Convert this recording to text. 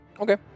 Okay